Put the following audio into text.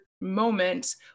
moment